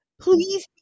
please